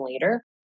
later